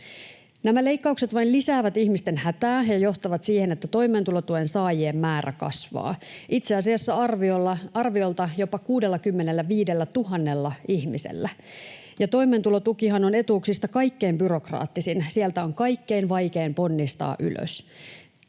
Nämä leikkaukset vain lisäävät ihmisten hätää ja johtavat siihen, että toimeentulotuen saajien määrä kasvaa, itse asiassa arviolta jopa 65 000 ihmisellä. Toimeentulotukihan on etuuksista kaikkein byrokraattisin. Sieltä on kaikkein vaikein ponnistaa ylös.